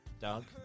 Doug